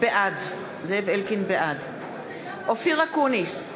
בעד אופיר אקוניס,